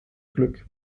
glück